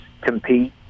compete